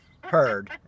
Heard